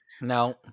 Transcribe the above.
No